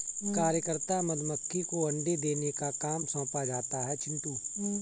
कार्यकर्ता मधुमक्खी को अंडे देने का काम सौंपा जाता है चिंटू